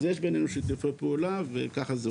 אז יש בינינו שיתופי פעולה וככה זה עובד.